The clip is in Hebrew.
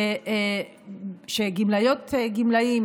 שגמלאיות וגמלאים,